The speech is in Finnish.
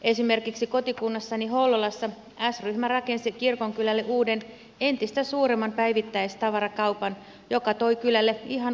esimerkiksi kotikunnassani hollolassa s ryhmä rakensi kirkonkylälle uuden entistä suuremman päivittäistavarakaupan joka toi kylälle ihan uutta vireyttä